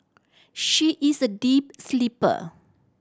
she is a deep sleeper